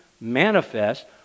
manifest